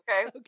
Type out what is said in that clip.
okay